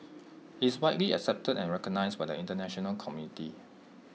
he is widely accepted and recognised by the International community